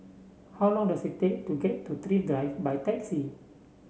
how long does it take to get to Thrift Drive by taxi